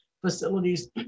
facilities